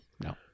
No